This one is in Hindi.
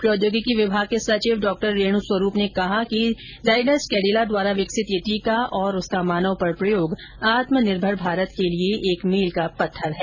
प्रौद्योगिकी विभाग के सचिव डॉ रेणु स्वरूप ने कहा है कि जाइडस कैडिला द्वारा विकसित यह टीका और उसका मानव पर प्रयोग आत्मनिर्भर भारत के लिए एक मील का पत्थर है